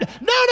no